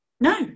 No